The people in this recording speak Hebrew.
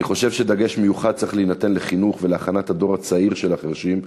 אני חושב שדגש מיוחד צריך להינתן בחינוך ובהכנת הדור הצעיר של החירשים,